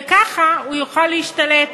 וככה הוא יוכל להשתלט